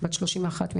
בת 31 מחיפה.